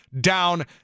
down